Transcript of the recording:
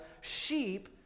sheep